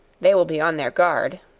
they will be on their guard.